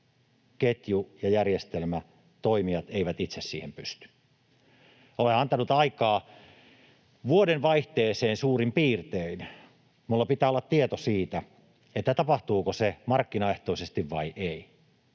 ketju, järjestelmä ja toimijat eivät itse siihen pysty. Olen antanut aikaa suurin piirtein vuodenvaihteeseen. Minulla pitää olla silloin tieto siitä, tapahtuuko se markkinaehtoisesti vai ei.